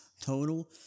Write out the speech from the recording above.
total